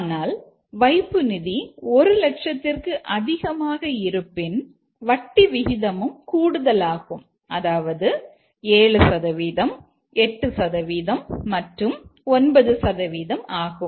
ஆனால் வைப்பு நிதி ஒரு லட்சத்திற்கு அதிகமாக இருப்பின் வட்டி விகிதமும் கூடுதலாகும் அதாவது 7 சதவீதம் 8 சதவீதம் மற்றும் 9 சதவீதம் ஆகும்